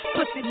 Pussy